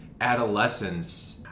adolescence